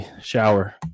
shower